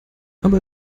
aber